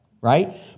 right